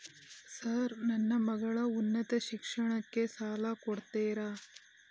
Sir ನನ್ನ ಮಗಳ ಉನ್ನತ ಶಿಕ್ಷಣಕ್ಕೆ ಸಾಲ ಕೊಡುತ್ತೇರಾ?